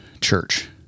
church